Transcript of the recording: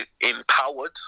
empowered